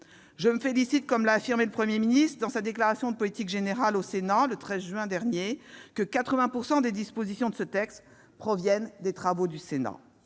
Je me félicite, comme l'a affirmé le Premier ministre au cours de sa déclaration de politique générale au Sénat le 13 juin dernier, que 80 % des dispositions de ce texte résultent des travaux du Sénat.